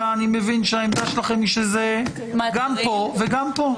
אני מבין שהעמדה שלכם היא שזה גם פה וגם פה.